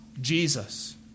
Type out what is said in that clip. Jesus